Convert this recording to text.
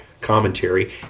Commentary